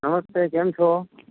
નમસ્તે કેમ છો